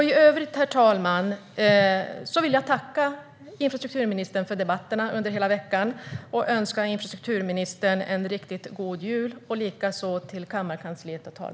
I övrigt, herr talman, vill jag tacka infrastrukturministern för debatterna under hela den här veckan och önska infrastrukturministern, kammarkansliet och talmännen en riktigt god jul.